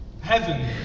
Heaven